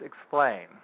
explain